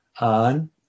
on